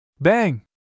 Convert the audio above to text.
Bang